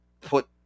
put